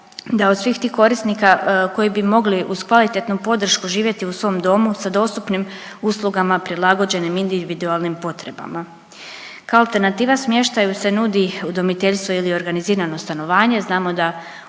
da od svih tih korisnika koji bi mogli uz kvalitetnu podršku živjeti u svom domu sa dostupnim uslugama prilagođenim individualnim potrebama. Kao alternativa smještaju se nudi udomiteljstvo ili organizirano stanovanje,